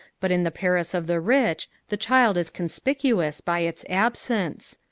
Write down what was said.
but in the paris of the rich, the child is conspicuous by its absence.